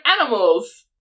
animals